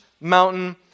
mountain